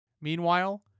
Meanwhile